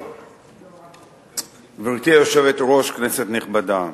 גברתי היושבת-ראש, כנסת נכבדה,